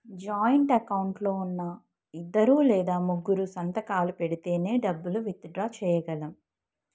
joint account లో ఉన్నా ఇద్దరు లేదా ముగ్గురూ సంతకాలు పెడితేనే డబ్బులు డ్రా చేయగలం